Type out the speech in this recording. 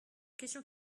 question